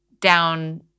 down